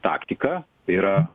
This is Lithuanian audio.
taktika tai yra